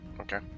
Okay